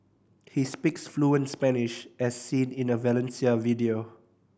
he speaks fluent Spanish as seen in a Valencia video